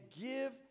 give